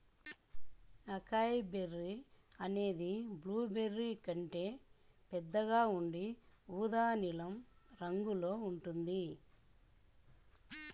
acai berry అనేది blueberry కంటే పెద్దగా ఉండి ఊదా నీలం రంగులో ఉంటుంది